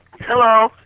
Hello